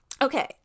okay